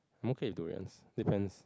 I'm okay with durians depends